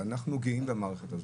שאנחנו גאים במערכת הזו,